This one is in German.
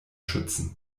schützen